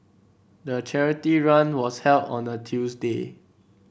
the charity run was held on a Tuesday